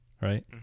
right